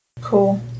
Cool